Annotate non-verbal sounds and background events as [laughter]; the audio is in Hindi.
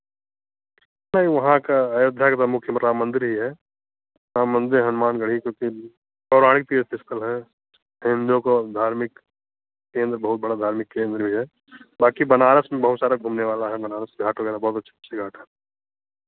नहीं वहाँ का अयोध्या का प्रमुख्य राम मंदिर ही है राम मंदिर हनुमान गढ़ी तो फिर और आई पी एस [unintelligible] है हिंदुओं का धार्मिक केंद्र बहुत बड़ा धार्मिक केंद्र भी है बाँकी बनारस में बहुत सारा घूमने वाला है बनारस घाट वगैरह बहुत अच्छे अच्छे घाट हैं